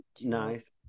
nice